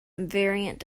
variant